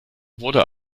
wurde